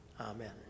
Amen